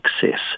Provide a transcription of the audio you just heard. success